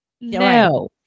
No